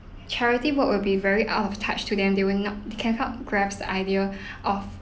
charity work will be very out of touch to them they will not cannot grasp the idea of